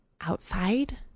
outside